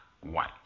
white